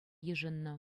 йышӑннӑ